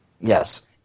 yes